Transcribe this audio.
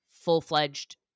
full-fledged